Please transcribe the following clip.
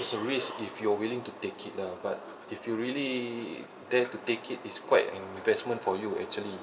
it's a risk if you're willing to take it lah but if you really dare to take it it's quite an investment for you actually